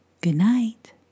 goodnight